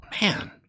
Man